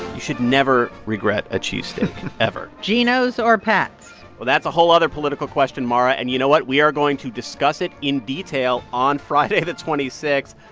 you should never regret a cheesesteak ever geno's or pat's? well, that's a whole other political question, mara. and you know what? we are going to discuss it in detail on friday, the twenty six.